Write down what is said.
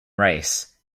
race